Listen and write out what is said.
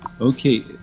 Okay